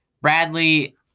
Bradley